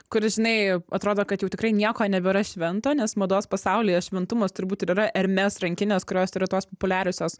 kuris žinai atrodo kad jau tikrai nieko nebėra švento nes mados pasaulyje šventumas turbūt ir yra ermes rankinės kurios yra tos populiariosios